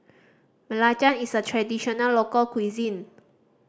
belacan is a traditional local cuisine